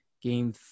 game